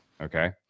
Okay